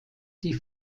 die